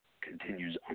continues